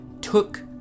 took